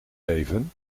even